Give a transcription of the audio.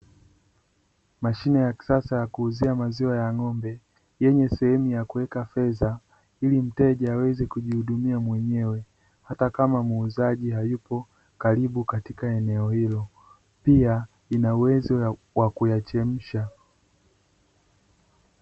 Mashine ya kisasa ya kuuzia maziwa ya ng'ombe, yenye sehemu ya kuweka fedha ili mteja aweze kujihudumia mwenyewe hata kama muuzaji hayupo karibu katika eneo hilo. Pia ina uwezo wa kuyachemsha.